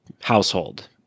household